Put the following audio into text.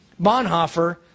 Bonhoeffer